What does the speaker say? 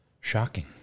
Shocking